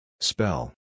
Spell